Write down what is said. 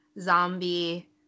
zombie